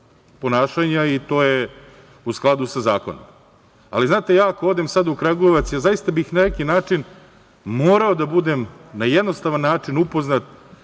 ponašanja i to je u skladu sa zakonom. Znate, ako ja sada odem u Kragujevac zaista bih na neki način morao da budem, na jednostavan način, upoznat